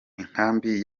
inkambi